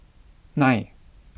nine